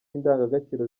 indangagaciro